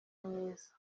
myiza